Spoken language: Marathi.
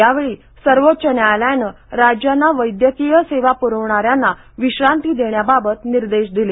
यावेळी सर्वोच्च न्यायालयाने राज्यांना वैद्यकीय सेवा पुरवणाऱ्यांना विश्रांती देण्याबाबत निर्देश दिले